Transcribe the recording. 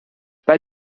pas